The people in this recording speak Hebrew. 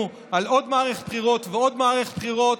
לעוד מערכת בחירות ועוד מערכת בחירות,